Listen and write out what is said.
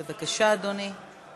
בבקשה, אדוני.